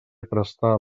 prestar